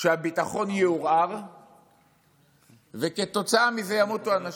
שהביטחון יעורער וכתוצאה מזה ימותו אנשים?